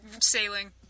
sailing